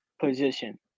position